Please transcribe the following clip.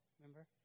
remember